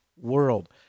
world